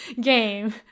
game